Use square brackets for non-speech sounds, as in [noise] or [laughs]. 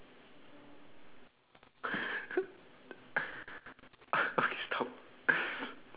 [laughs] stop